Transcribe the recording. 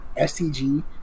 STG